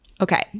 okay